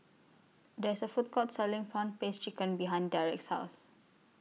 There IS A Food Court Selling Prawn Paste Chicken behind Derrick's House